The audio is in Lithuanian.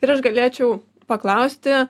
ir aš galėčiau paklausti